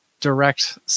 direct